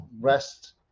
rest